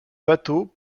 bateaux